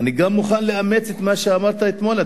אני גם מוכן לאמץ את מה שאמרת אתמול,